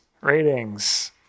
Ratings